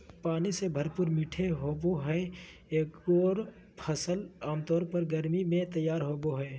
पानी से भरपूर मीठे होबो हइ एगोर फ़सल आमतौर पर गर्मी में तैयार होबो हइ